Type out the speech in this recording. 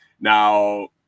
Now